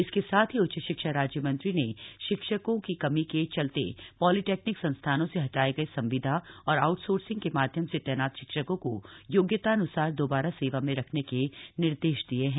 इसके साथ ही उच्च शिक्षा राज्य मंत्री ने शिक्षकों की कमी के चलते पॉलिटेक्निक संस्थानों से हटाए गये संविदा और आउटसोर्सिंग के माध्यम से तैनात शिक्षकों को योग्यतान्सार दोबारा सेवा में रखने के निर्देश दिए हैं